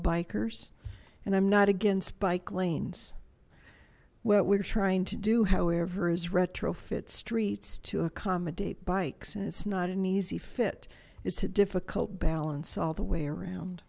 bikers and i'm not against bike lanes what we're trying to do however is retrofit streets to accommodate bikes and it's not an easy fit it's a difficult balance all the way around